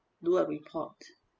do a report